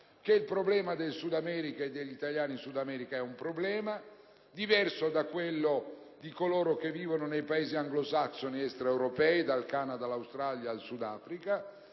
che il problema del Sud America e degli italiani in Sud America è un problema diverso da quello di coloro che vivono nei Paesi anglosassoni ed extraeuropei (dal Canada, all'Australia, al Sudafrica),